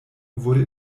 wurde